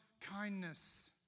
kindness